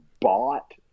bought